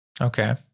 Okay